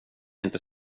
inte